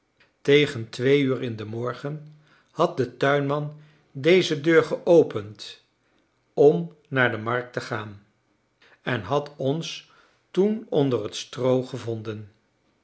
tegen twee uur in den morgen had de tuinman deze deur geopend om naar de markt te gaan en had ons toen onder het stroo gevonden